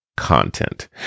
Content